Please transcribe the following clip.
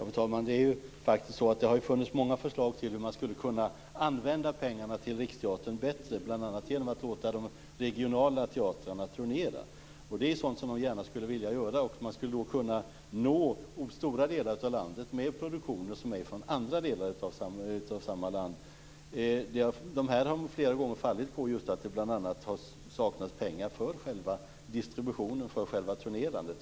Fru talman! Det har ju funnits många förslag till hur man skulle kunna använda pengarna till Riksteatern bättre, bl.a. genom att låta de regionala teatrarna turnera. Det är sådant som de gärna skulle vilja göra. Man skulle då kunna nå stora delar av landet med produktioner som är från andra delar av samma land. Detta har de flera gånger fallit på, just därför att det har saknats pengar för själva distributionen och för själva turnerandet.